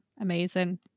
amazing